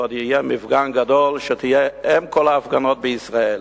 ועוד יהיה מפגן גדול שיהיה אם כל ההפגנות בישראל,